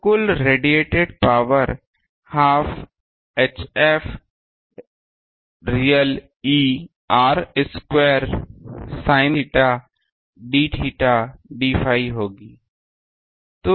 तो कुल radiated power half Hf real E r square sin theta d theta d phi होगी